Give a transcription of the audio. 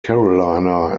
carolina